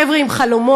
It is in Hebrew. חבר'ה עם חלומות,